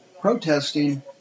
protesting